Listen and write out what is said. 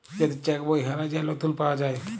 যদি চ্যাক বই হারাঁয় যায়, লতুল পাউয়া যায়